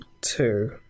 two